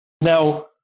Now